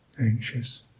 Anxious